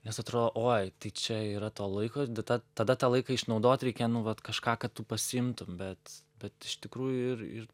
nes atrodo oi čia yra to laiko data tada tą laiką išnaudot reikia nu vat kažką kad tu pasiimtum bet bet iš tikrųjų ir ir